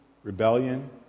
Rebellion